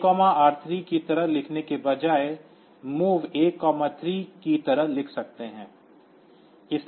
MOV A R3 की तरह लिखने के बजाय आप MOV A 3 की तरह लिख सकते हैं